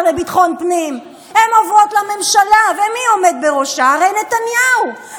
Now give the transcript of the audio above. המדינה התקדמה,